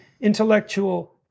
intellectual